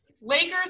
Lakers